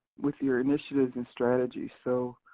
with your initiatives and strategies, so,